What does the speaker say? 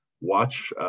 watch